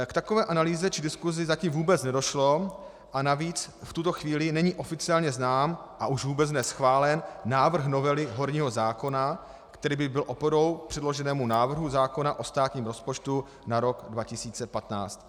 K takové analýze či diskusi vůbec zatím nedošlo a navíc v tuto chvíli není oficiálně znám, a už vůbec ne schválen návrh novely horního zákona, který by byl oporou předloženému návrhu zákona o státním rozpočtu na rok 2015.